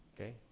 Okay